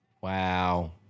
Wow